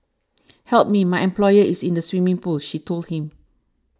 help me my employer is in the swimming pool she told him